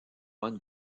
one